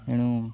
ତେଣୁ